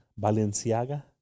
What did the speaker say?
Balenciaga